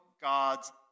God's